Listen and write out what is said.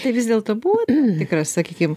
tai vis dėlto buvo tikra sakykim